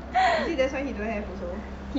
is it that's why he don't have also